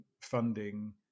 funding